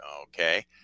okay